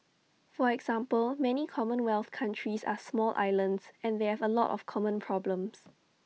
for example many common wealth countries are small islands and they have A lot of common problems